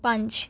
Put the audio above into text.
ਪੰਜ